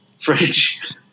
fridge